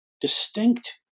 distinct